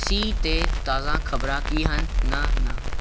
ਸੀ ਅਤੇ ਤਾਜ਼ਾ ਖ਼ਬਰਾਂ ਕੀ ਹਨ ਨਾ ਨਾ